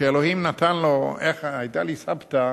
שאלוהים נתן לו, היתה לי סבתא,